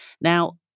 Now